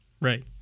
right